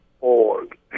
org